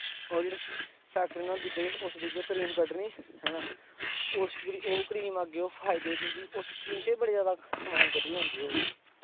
ओह् जेह्ड़ी फैक्टरी ने उस दुद्ध दी क्रीम कड्ढनी है ना उस क्रीम ओह् क्रीम अग्गें ओह् फायदे दिंदी उस क्रीम चा बी बड़े जादा समान कड्ढी लैंदी ओह्